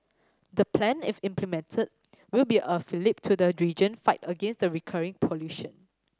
the plan if implemented will be a fillip to the region fight against the recurring pollution